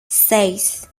seis